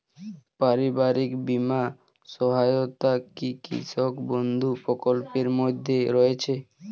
পারিবারিক বীমা সহায়তা কি কৃষক বন্ধু প্রকল্পের মধ্যে রয়েছে?